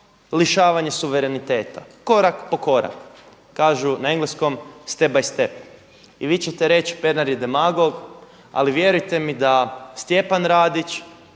lišavanje suvereniteta korak po korak kažu na engleskom step by step? I vi ćete reći Pernar je demagog. Ali vjerujte mi da Stjepan Radić